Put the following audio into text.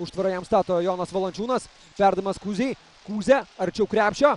užtvarą jam stato jonas valančiūnas perdavimas kuzei kuze arčiau krepšio